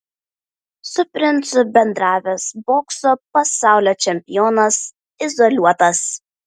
su princu bendravęs bokso pasaulio čempionas izoliuotas